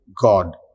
God